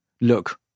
look